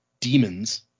demons